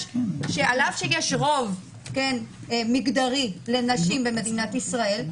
שעל אף שיש רוב מגדרי לנשים במדינת ישראל,